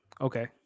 Okay